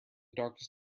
darkest